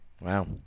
Wow